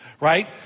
right